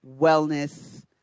wellness